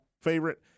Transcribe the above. favorite